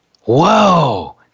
Whoa